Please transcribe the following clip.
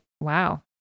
Wow